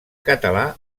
català